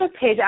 page